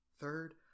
Third